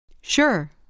Sure